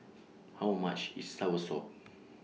How much IS Soursop